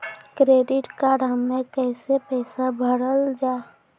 Credit card हम्मे कैसे पैसा भरल जाए?